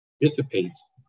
dissipates